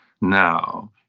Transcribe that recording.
now